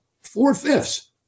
four-fifths